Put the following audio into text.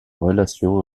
relation